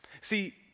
See